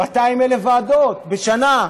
200,000 ועדות בשנה.